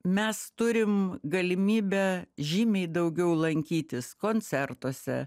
mes turim galimybę žymiai daugiau lankytis koncertuose